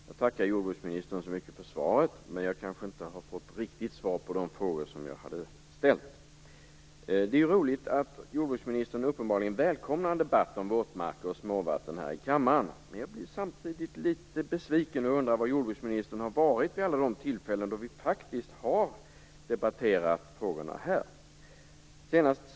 Herr talman! Jag tackar jordbruksministern så mycket för svaret. Men jag kanske inte riktigt har fått svar på de frågor jag hade ställt. Det är roligt att jordbruksministern uppenbarligen välkomnar en debatt om våtmarker och småvatten här i kammaren. Men jag blir samtidigt litet besviken och undrar var jordbruksministern har varit vid alla de tillfällen då vi faktiskt har debatterat frågorna här.